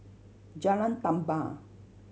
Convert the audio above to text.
Jalan Tambur